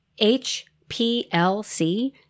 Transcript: HPLC